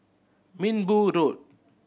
Minbu Road